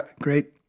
great